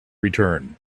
return